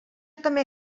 també